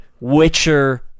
Witcher